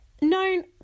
known